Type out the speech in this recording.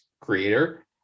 creator